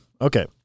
Okay